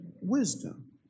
wisdom